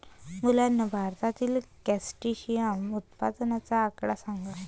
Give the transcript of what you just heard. मुलांनो, भारतातील क्रस्टेशियन उत्पादनाचा आकडा सांगा?